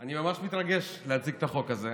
אני ממש מתרגש להציג את החוק הזה,